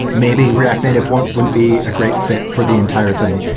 maybe react native wouldn't wouldn't be a great fit for the entire thing.